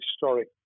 historic